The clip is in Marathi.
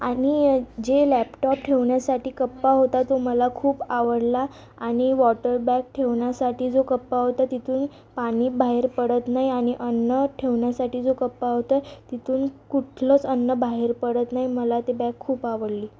आनि जे लॅपटॉप ठेवण्यासाठी कप्पा होता तो मला खूप आवडला आणि वॉटरबॅग ठेवण्यासाठी जो कप्पा होता तिथून पाणी बाहेर पडत नाही आणि अन्न ठेवण्यासाठी जो कप्पा होता तिथून कुठलंच अन्न बाहेर पडत नाही मला ती बॅग खूप आवडली